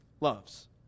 loves